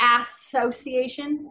Association